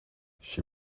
she